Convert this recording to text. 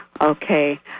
Okay